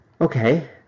Okay